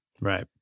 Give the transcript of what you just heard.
Right